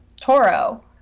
Toro